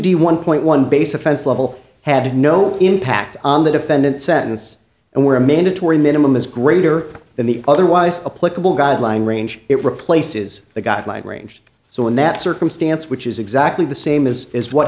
d one point one base offense level had no impact on the defendant sentence and were a mandatory minimum is greater than the otherwise a political guideline range it replaces the got my range so in that circumstance which is exactly the same as is what